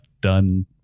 done